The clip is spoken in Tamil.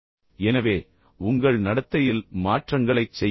எனவே உங்கள் நடத்தையில் மாற்றங்களைச் செய்ய முடியும்